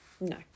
No